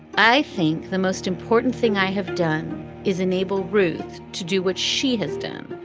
i think the most important thing i have done is enable ruth to do what she has done.